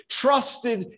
trusted